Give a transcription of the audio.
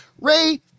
Ray